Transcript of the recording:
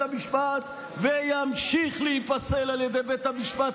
המשפט וימשיך להיפסל על ידי בית המשפט,